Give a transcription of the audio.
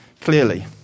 clearly